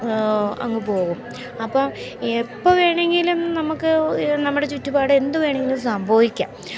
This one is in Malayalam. അങ്ങ് പോകും അപ്പം എപ്പം വേണമെങ്കിലും നമുക്ക് നമ്മുടെ ചുറ്റുപാട് എന്തു വേണമെങ്കിലും സംഭവിക്കാം